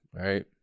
right